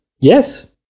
Yes